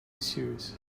series